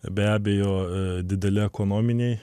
be abejo dideli ekonominiai